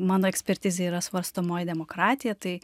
mano ekspertizė yra svarstomoji demokratija tai